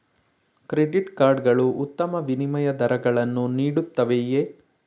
Credit card ಗಳು ಉತ್ತಮ ವಿನಿಮಯ ದರಗಳನ್ನು ನೀಡುತ್ತವೆಯೇ?